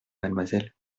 mademoiselle